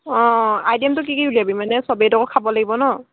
অঁ আইটেমটো কি কি উলিয়াবি মানে চবেইতো আকৌ খাব লাগিব ন